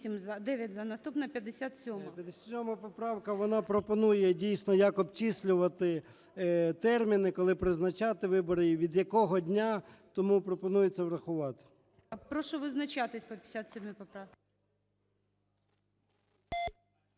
вона пропонує, дійсно, як обчислювати терміни, коли призначати вибори і від якого дня, тому пропонується врахувати.